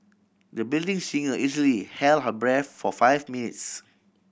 the building singer easily held her breath for five minutes